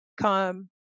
come